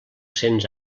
cents